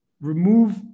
remove